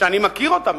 שאני מכיר אותם,